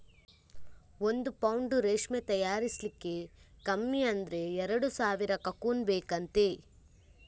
ಒಂದು ಪೌಂಡು ರೇಷ್ಮೆ ತಯಾರಿಸ್ಲಿಕ್ಕೆ ಕಮ್ಮಿ ಅಂದ್ರೆ ಎರಡು ಸಾವಿರ ಕಕೂನ್ ಬೇಕಂತೆ